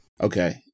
Okay